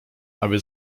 aby